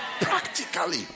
Practically